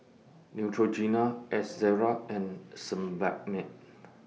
Neutrogena Ezerra and Sebamed